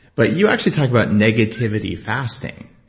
but you actually talk about negativity fasting.